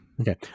Okay